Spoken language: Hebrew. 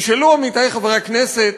תשאלו, עמיתי חברי הכנסת,